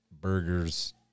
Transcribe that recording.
burgers